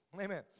Amen